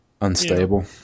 Unstable